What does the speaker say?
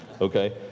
Okay